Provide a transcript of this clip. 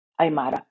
Aymara